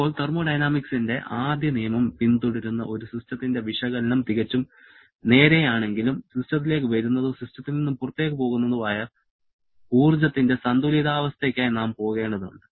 ഇപ്പോൾ തെർമോഡൈനാമിക്സിന്റെ ആദ്യ നിയമം പിന്തുടരുന്ന ഒരു സിസ്റ്റത്തിന്റെ വിശകലനം തികച്ചും നേരെയാണെങ്കിലും സിസ്റ്റത്തിലേക്ക് വരുന്നതോ സിസ്റ്റത്തിൽ നിന്ന് പുറത്തുപോകുന്നതോ ആയ ഊർജ്ജത്തിന്റെ സന്തുലിതാവസ്ഥയ്ക്കായി നാം പോകേണ്ടതുണ്ട്